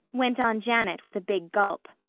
went on janet with a big gulp,